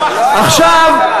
עכשיו,